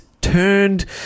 turned